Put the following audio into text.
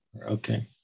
Okay